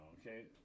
okay